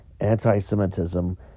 Anti-Semitism